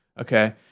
Okay